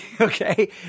okay